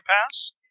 pass